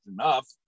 enough